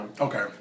Okay